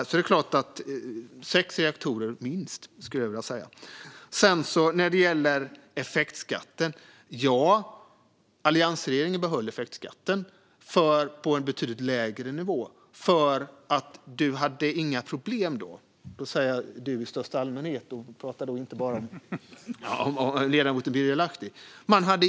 Så vi skulle ha behövt minst sex reaktorer till, skulle jag säga. Ja, alliansregeringen behöll effektskatten men på en betydligt lägre nivå, för det var inga problem med lönsamheten i kärnkraft då.